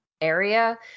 area